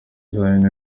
byanyu